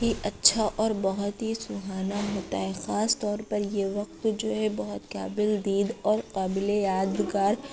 ہی اچھا اور بہت ہی سہانا ہوتا ہے خاص طور پر یہ وقت جو ہے بہت قابل دید اور قابل یادگار